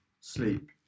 sleep